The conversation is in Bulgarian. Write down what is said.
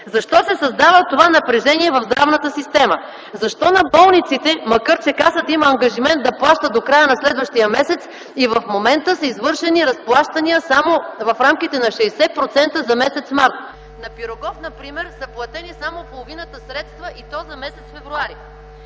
Защо се създава това напрежение в здравната система? Защо на болниците, макар че Касата има ангажимент да плаща до края на следващия месец, в момента са извършени разплащания само в рамките на 60% за м. март? На „Пирогов” например са платени само половината средства, и то за м. февруари.